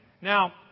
Now